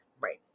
Right